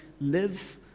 live